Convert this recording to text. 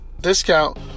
discount